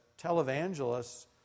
televangelists